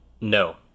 No